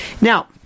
Now